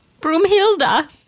Broomhilda